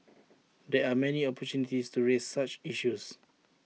there are many opportunities to raise such issues